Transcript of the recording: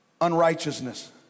unrighteousness